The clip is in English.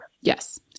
Yes